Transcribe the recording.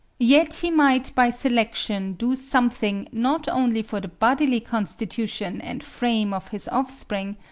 yet he might by selection do something not only for the bodily constitution and frame of his offspring,